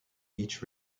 each